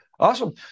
Awesome